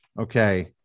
okay